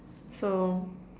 so